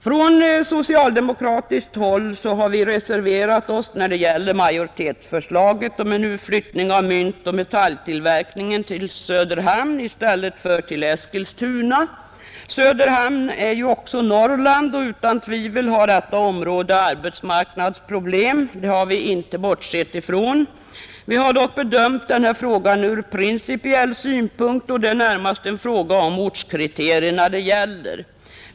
Från socialdemokratiskt håll har vi reserverat oss när det gäller majoritetsförslaget om en utflyttning av myntoch medaljtillverkningen till Söderhamn i stället för till Eskilstuna. Söderhamn är ju också Norrland, och utan tvivel har detta område arbetsmarknadsproblem; det har vi inte bortsett ifrån, Vi har dock bedömt den här frågan ur principiell synpunkt, och det är närmast en fråga om ortskriterierna det gäller.